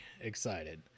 excited